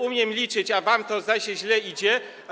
Umiem liczyć, a wam to, zdaje się, źle idzie.